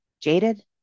jaded